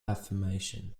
affirmation